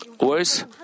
words